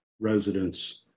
residents